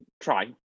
try